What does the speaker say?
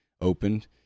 opened